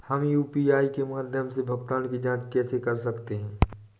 हम यू.पी.आई के माध्यम से प्राप्त भुगतान की जॉंच कैसे कर सकते हैं?